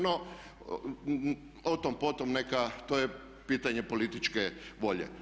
No, otom potom, to je pitanje političke volje.